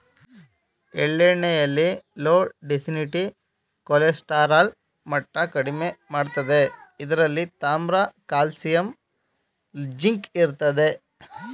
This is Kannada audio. ಎಳ್ಳೆಣ್ಣೆಲಿ ಲೋ ಡೆನ್ಸಿಟಿ ಕೊಲೆಸ್ಟರಾಲ್ ಮಟ್ಟ ಕಡಿಮೆ ಮಾಡ್ತದೆ ಇದ್ರಲ್ಲಿ ತಾಮ್ರ ಕಾಲ್ಸಿಯಂ ಜಿಂಕ್ ಇರ್ತದೆ